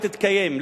לא תתקיים,